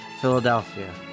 Philadelphia